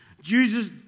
Jesus